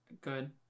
good